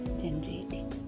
generating